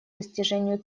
достижению